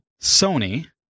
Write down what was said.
Sony